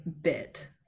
bit